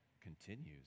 continues